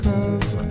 Cause